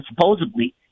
supposedly